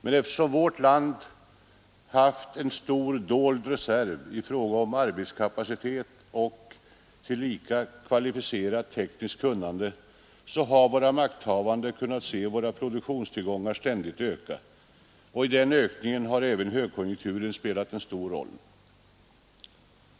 Men eftersom vårt land haft en stor ”dold reserv” i fråga om arbetskapacitet och tillika kvalificerat tekniskt kunnande har våra makthavande kunnat se våra produktionstillgångar ständigt öka. I den ökningen har även högkonjunkturen spelat en stor roll.